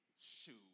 Shoot